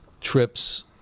trips